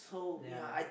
ya